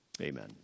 Amen